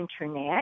internet